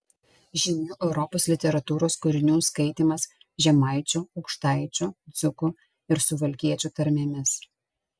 žymių europos literatūros kūrinių skaitymas žemaičių aukštaičių dzūkų ir suvalkiečių tarmėmis